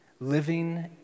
Living